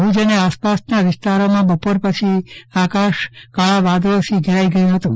ભુજ અને આસપાસના વિસ્તારમાં બપોર પછી આકાશ કાળા વાદળોથી ઘેરાઈ ગયું હતું